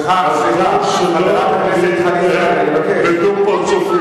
סליחה, חברת הכנסת חנין זועבי, אני מבקש.